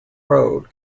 road